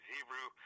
Hebrew